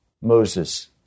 Moses